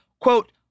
quote